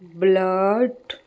blood